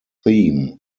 theme